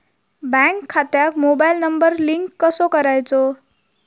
Bank खात्यात mobile number link कसो करायचो?